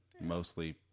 mostly